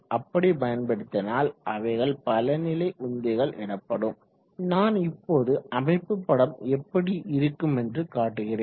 அப்படி பயன்படுத்தினால் அவைகள் பல நிலை உந்திகள் எனப்படும் நான் இப்போது அமைப்பு படம் எப்படி இருக்குமென்று காட்டுகிறேன்